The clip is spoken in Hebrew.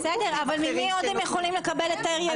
בסדר, אבל ממי עוד הם יכולים לקבל היתר יזום?